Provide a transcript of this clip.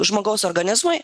žmogaus organizmui